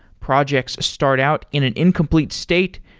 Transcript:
projects start out in an incomplete state,